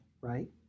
right